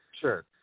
Sure